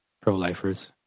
pro-lifers